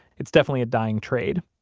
it's definitely a dying trade.